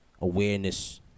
awareness